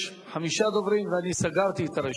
יש חמישה דוברים, וסגרתי את הרשימה.